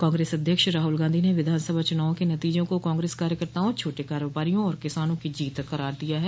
कांग्रेस अध्यक्ष राहुल गांधी ने विधानसभा चुनाव के नतीजों को कांग्रेस कार्यकर्ताओं छोटे कारोबारियों और किसानों की जीत करार दिया है